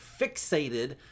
fixated